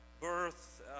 birth